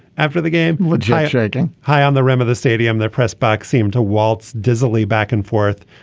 after the game legislating high on the rim of the stadium their press box seemed to waltz dismally back and forth.